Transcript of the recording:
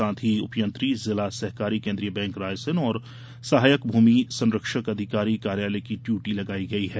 साथ ही उपयंत्री जिला सहकारी केन्द्रीय बैंक रायसेन और सहायक भूमि संरक्षण अधिकारी कार्यालय की ड्यूटी लगाई गई है